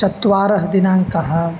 चत्वारः दिनाङ्कः